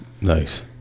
Nice